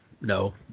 no